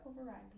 override